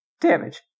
damage